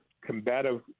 combative